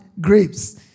grapes